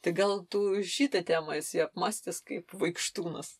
tai gal tu šitą temą esi apmąstęs kaip vaikštūnas